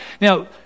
Now